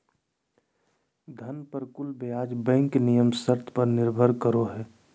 धन पर कुल ब्याज बैंक नियम शर्त पर निर्भर करो हइ